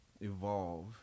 evolve